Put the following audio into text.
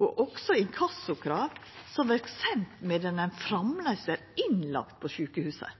og også inkassokrav, som vert sende medan ein framleis er innlagt på sjukehuset.